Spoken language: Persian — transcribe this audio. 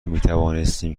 میتوانستیم